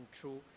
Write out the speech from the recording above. true